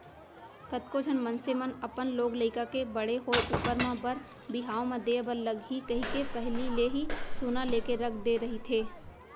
कतको झन मनसे मन अपन लोग लइका के बड़े होय ऊपर म बर बिहाव म देय बर लगही कहिके पहिली ले ही सोना लेके रख दे रहिथे